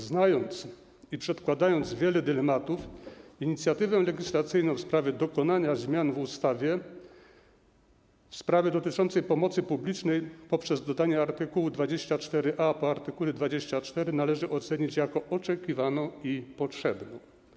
Znając i przedkładając wiele dylematów, inicjatywę legislacyjną w sprawie dokonania zmian w ustawie w kwestii dotyczącej pomocy publicznej poprzez dodanie art. 24a po art. 24 należy ocenić jako oczekiwaną i potrzebną.